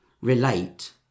relate